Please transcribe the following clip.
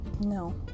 No